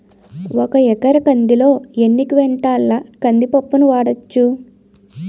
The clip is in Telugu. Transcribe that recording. ఒక ఎకర కందిలో ఎన్ని క్వింటాల కంది పప్పును వాడచ్చు?